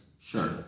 Sure